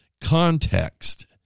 context